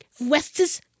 West's